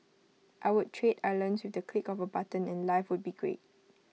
I would trade islands with the click of A button and life would be great